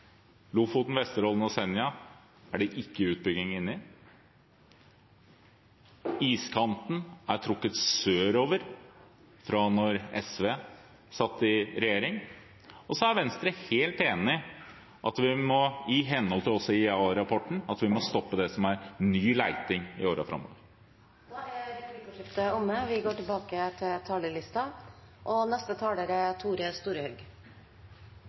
Lofoten, Vesterålen og Senja er det ikke utbygging. Iskanten er trukket sørover fra da SV satt i regjering. Så er Venstre helt enig i at vi må, også i henhold til IEA-rapporten, stoppe ny leting i årene framover. Replikkordskiftet er omme. Det er no sånn at vi har to debattar gåande. Vi har debatten om revidert nasjonalbudsjett, og